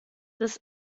des